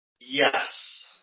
yes